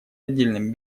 отдельным